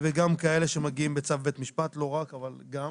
וגם כאלה שמגיעים בצו בית משפט, לא רק אבל גם.